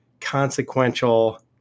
consequential